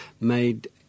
made